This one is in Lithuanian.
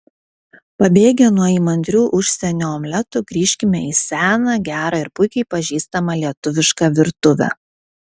pabėgę nuo įmantrių užsienio omletų grįžkime į seną gerą ir puikiai pažįstamą lietuvišką virtuvę